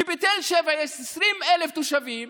כי בתל שבע יש 20,000 תושבים